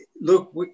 Look